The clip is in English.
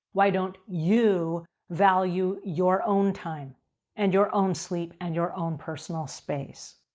why don't you value your own time and your own sleep and your own personal space?